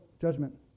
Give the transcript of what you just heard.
judgment